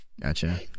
gotcha